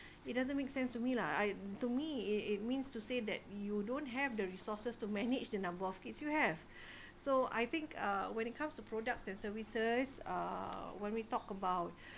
it doesn't make sense to me lah I to me it means to say that you don't have the resources to manage the number of kids you have so I think uh when it comes to products and services uh when we talk about